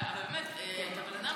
עשר דקות.